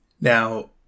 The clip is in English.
Now